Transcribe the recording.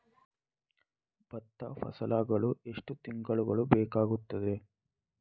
ಭತ್ತ ಫಸಲಾಗಳು ಎಷ್ಟು ತಿಂಗಳುಗಳು ಬೇಕಾಗುತ್ತದೆ?